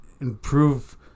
improve